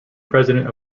president